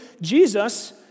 Jesus